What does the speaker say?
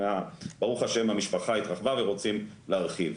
ברוך השם המשפחה התרחבה ורוצים להרחיב.